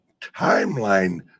timeline